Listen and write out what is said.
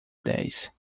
dez